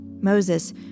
Moses